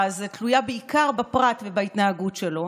הזה תלויה בעיקר בפרט ובהתנהגות שלו,